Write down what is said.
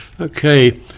Okay